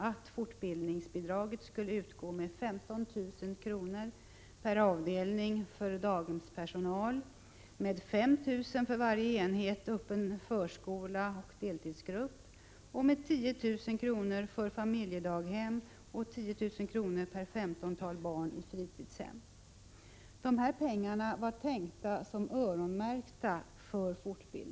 Jag skall be att få tacka för svaret.